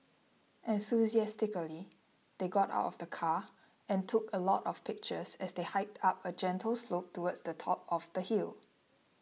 enthusiastically they got out of the car and took a lot of pictures as they hiked up a gentle slope towards the top of the hill